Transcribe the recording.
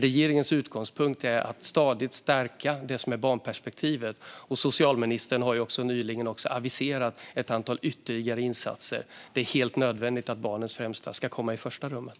Regeringens utgångspunkt är att stadigt stärka barnperspektivet. Socialministern har också nyligen aviserat ett antal ytterligare insatser. Det är helt nödvändigt att barnens bästa ska sättas i första rummet.